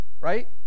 Right